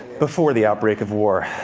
before the outbreak of war.